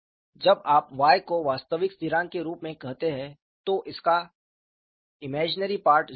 जब आप Y को वास्तविक स्थिरांक के रूप में कहते हैं तो इसका काल्पनिक भाग 0 होता है